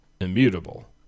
immutable